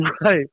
right